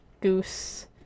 Goose